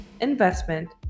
investment